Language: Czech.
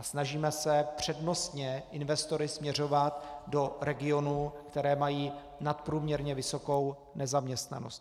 Snažíme se přednostně investory směřovat do regionů, které mají nadprůměrně vysokou nezaměstnanost.